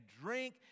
drink